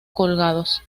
colgados